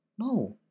No